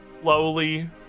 slowly